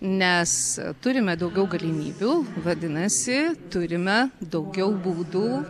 nes turime daugiau galimybių vadinasi turime daugiau būdų